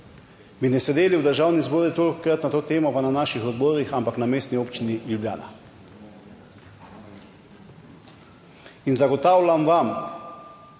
bi ne sedeli v Državnem zboru tolikokrat na to temo, pa na naših odborih, ampak na Mestni občini Ljubljana. In zagotavljam vam,